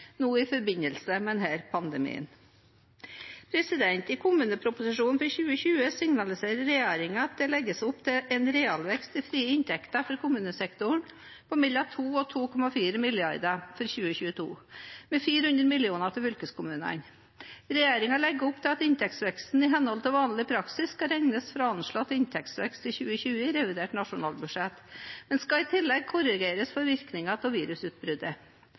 i Kommune-Norge nå i forbindelse med denne pandemien. I kommuneproposisjonen for 2022 signaliserer regjeringen at det legges opp til en realvekst i frie inntekter for kommunesektoren på mellom 2 mrd. kr og 2,4 mrd. kr i 2022, med 400 mill. kr til fylkeskommunene. Regjeringen legger opp til at inntektsveksten i henhold til vanlig praksis skal regnes fra anslått inntektsvekst i 2020 i revidert nasjonalbudsjett, men skal i tillegg korrigeres for virkningene av virusutbruddet.